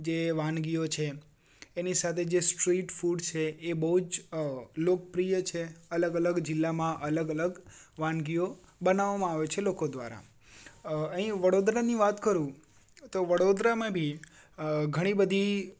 જે વાનગીઓ છે એની સાથે જે સ્ટ્રીટ ફૂડ છે એ બહુ જ લોકપ્રિય છે અલગ અલગ જીલામાં અલગ અલગ વાનગીઓ બનાવામાં આવે છે લોકો દ્વારા અહીં વડોદરાની વાત કરું તો વડોદરામાં બી ઘણી બધી